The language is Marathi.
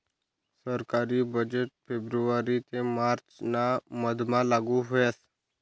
सरकारी बजेट फेब्रुवारी ते मार्च ना मधमा लागू व्हस